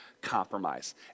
compromise